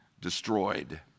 destroyed